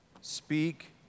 speak